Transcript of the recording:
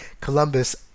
Columbus